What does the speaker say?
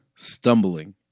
stumbling